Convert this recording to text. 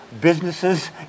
businesses